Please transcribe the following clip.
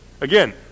Again